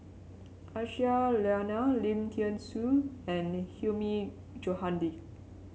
Aisyah Lyana Lim Thean Soo and Hilmi Johandi